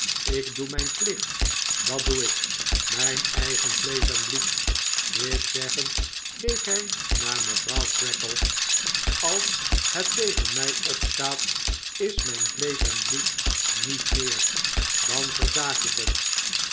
ik doe mijn plicht dat doe ik mijn eigen vleesch en bloed dit zeggend keek hij naar mevrouw creakle als het tegen mij opstaat is mijn vleesch en bloed niet meer dan verzaak ik het